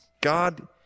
God